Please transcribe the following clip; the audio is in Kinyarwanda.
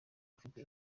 bafite